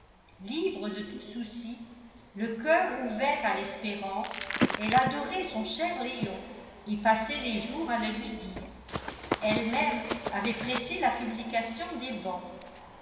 libre de tous soucis le coeur ouvert à l'espérance elle adorait son cher léon et passait les jours à le lui dire elle-même avait pressé la publication des bans